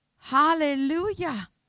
Hallelujah